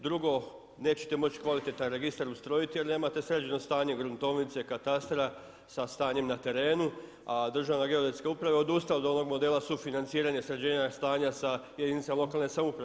Drugo, nećete moći kvalitetan registar ustrojiti jer nemate sređeno stanje gruntovnice, katastra sa stanjem na teretnu a Državna geodetska uprava je odustala od onog modela sufinanciranja sređenja stanja sa jedinicama lokalne samouprave.